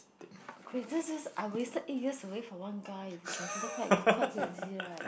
crazy this is I wasted eight years away for one guy is considered quite quite crazy right